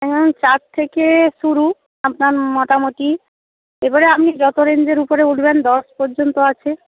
হ্যাঁ চার থেকে শুরু আপনার মোটামুটি এবারে আপনি যত রেঞ্জের উপরে উঠবেন দশ পর্যন্ত আছে